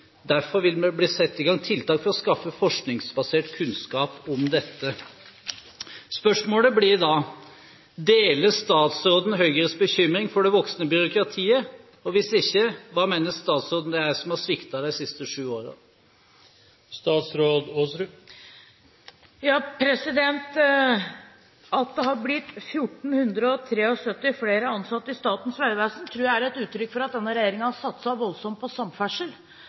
vil difor bli sett i gang tiltak for å skaffe forskingsbasert kunnskap om dette.» Spørsmålet blir da: Deler statsråden Høyres bekymring for det voksende byråkratiet? Og hvis ikke – hva mener statsråden det er som har sviktet de siste syv årene? At det har blitt 1 473 flere ansatte i Statens vegvesen, tror jeg er et uttrykk for at denne regjeringen har satset voldsomt på samferdsel.